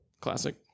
classic